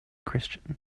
christian